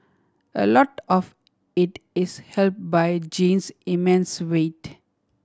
a lot of it is helped by Jean's immense wit